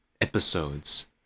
episodes